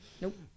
nope